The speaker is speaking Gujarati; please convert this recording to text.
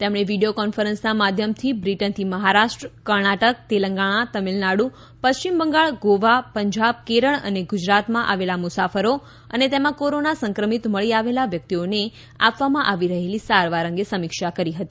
તેમણે વીડિયો કોન્ફરન્સના માધ્યમથી બ્રિટનથી મહારાષ્ટ્ર કર્ણાટક તેલંગાણા તમિલનાડુ પશ્ચિમ બંગાળ ગોવા પંજાબ કેરળ અને ગુજરાતમાં આવેલા મુસાફરો અને તેમાં કોરોના સંક્રમિત મળી આવેલા વ્યક્તિઓને આપવામાં આવી રહેલી સારવાર અંગે સમીક્ષા કરી હતી